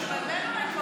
משפט אחרון.